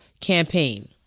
campaign